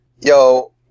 Yo